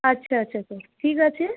আচ্ছা আচ্ছা আচ্ছা ঠিক আছে